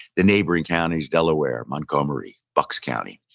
the neighboring counties, delaware, montgomery, bucks county.